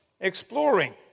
exploring